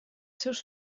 seus